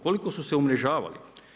Koliko su se umrežavali?